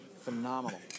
phenomenal